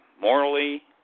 morally